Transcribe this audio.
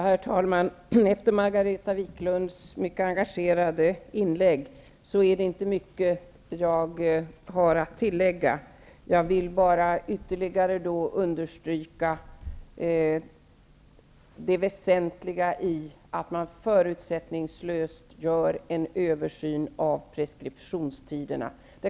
Herr talman! Efter Margareta Viklunds mycket engagerade inlägg är det inte mycket jag har att tillägga. Jag vill bara ytterligare understryka det väsentliga i att man förutsättningslöst gör en översyn av preskriptionstiderna.